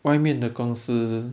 外面的公司